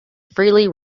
freely